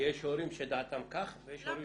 כי יש הורים שדעתם כך ויש הורים שדעתם כך.